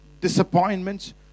disappointments